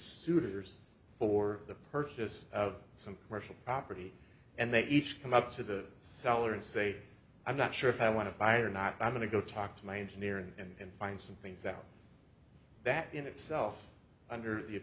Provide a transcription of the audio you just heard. suitors for the purchase of some commercial property and they each come up to the seller and say i'm not sure if i want to buy or not i'm going to go talk to my engineer and find some things out that in itself under the